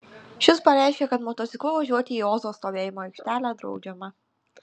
šis pareiškė kad motociklu važiuoti į ozo stovėjimo aikštelę draudžiama